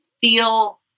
feel